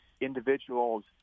individuals